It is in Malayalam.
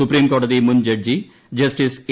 സുപ്രീംകോടതി മുൻ ജഡ്ജി ജസ്റ്റിസ് എ